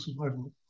survival